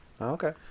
Okay